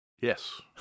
yes